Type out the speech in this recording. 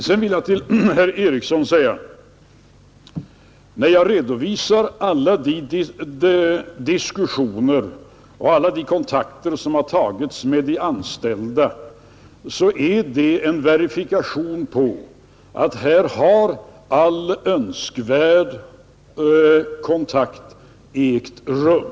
Sedan vill jag säga till herr Eriksson i Arvika att när jag redovisar alla de diskussioner och alla de kontakter som har tagits med de anställda så är det en verifikation på att här har all önskvärd information ägt rum.